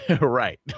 right